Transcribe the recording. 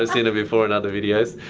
ah seen her before in other videos.